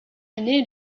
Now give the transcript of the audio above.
année